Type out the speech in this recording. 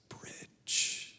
bridge